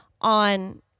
on